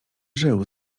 żył